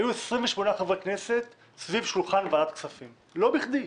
היו 28 חברי כנסת סביבי שולחן ועדת הכספים ולא בכדי.